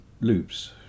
loops